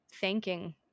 thanking